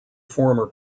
former